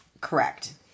Correct